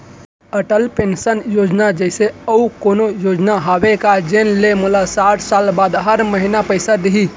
Atal pension योजना जइसे अऊ कोनो योजना हावे का जेन ले मोला साठ साल बाद हर महीना पइसा दिही?